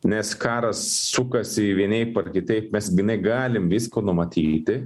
nes karas sukasi vienaip ar kitaip mes gi negalim visko numatyti